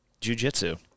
jujitsu